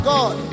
God